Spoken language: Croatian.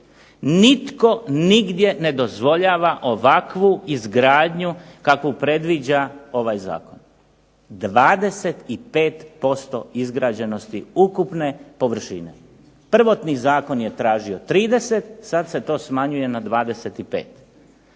Nitko nigdje ne dozvoljava ovakvu izgradnju kakvu predviđa ovaj zakon. 25% izgrađenosti ukupne površine. Prvotni zakon je tražio 30, sad se to smanjuje na 25.